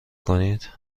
کنید